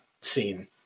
scene